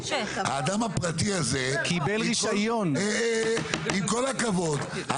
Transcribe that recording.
האדם הפרטי הזה עם כל הכבוד,